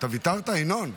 אתה ויתרת, ינון?